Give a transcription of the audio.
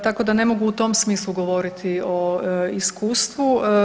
Tako da ne mogu u tom smislu govoriti o iskustvu.